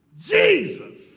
Jesus